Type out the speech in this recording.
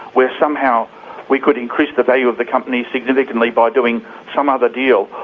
where somehow we could increase the value of the company significantly by doing some other deal,